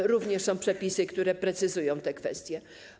Są również przepisy, które precyzują te kwestie.